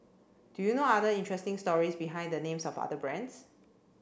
do you know other interesting stories behind the names of other brands